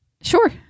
sure